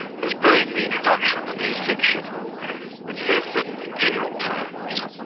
has been the introduction of a new section which says that in general terms,